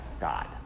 God